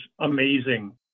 amazing